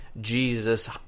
Jesus